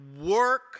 work